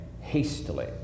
hastily